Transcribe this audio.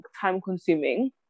time-consuming